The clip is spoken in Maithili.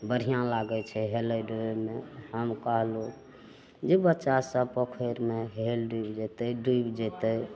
बढ़िआँ लागय छै हेलय डुबयमे हम कहलहुँ गे बच्चा सब पोखरिमे हेल डुबि जेतय डुबि जेतय